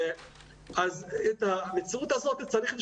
את המציאות הזו צריך לשנות.